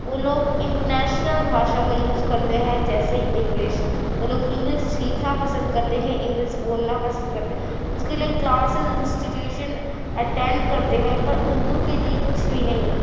وہ لوگ انٹرنیشنل بھاشا کا یوز کرتے ہیں جیسے انگلش وہ لوگ انگلس سیکھنا پسند کرتے ہیں انگلس بولنا پسند کرتے اس کے لیے کلاسز انسٹیٹیوشن اٹینڈ کرتے ہیں پر اردو کے لیے کچھ بھی نہیں